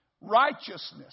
Righteousness